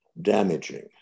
damaging